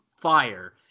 fire